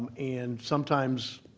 and sometimes